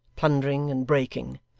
plundering and breaking,